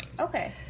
Okay